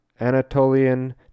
Anatolian